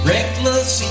Reckless